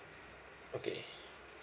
okay